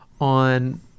on